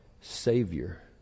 Savior